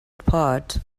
part